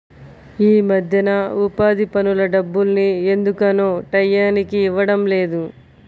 యీ మద్దెన ఉపాధి పనుల డబ్బుల్ని ఎందుకనో టైయ్యానికి ఇవ్వడం లేదు